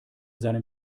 seinem